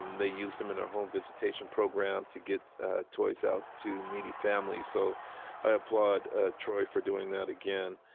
um they used them in our home visitation program to get toys out to needy families. so i applaud ah troy for doing that again.